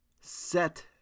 Set